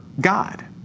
God